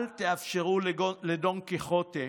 אל תאפשרו לדון קיחוטה,